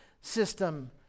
system